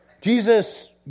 Jesus